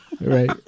right